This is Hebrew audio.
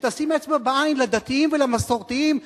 שתשים אצבע בעין לדתיים ולמסורתיים,